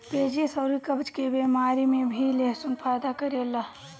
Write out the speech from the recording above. पेचिस अउरी कब्ज के बेमारी में भी लहसुन फायदा करेला